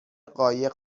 قایق